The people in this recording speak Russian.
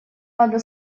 надо